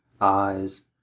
eyes